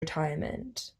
retirement